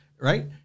Right